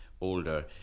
older